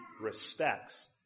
respects